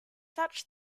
such